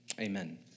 amen